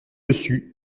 dessus